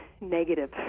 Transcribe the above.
negative